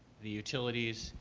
the utilities,